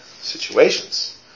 situations